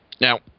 Now